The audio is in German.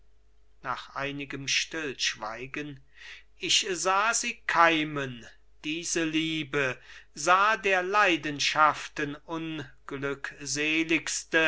nach einigem stillschweigen ich sah sie keimen diese liebe sah der leidenschaften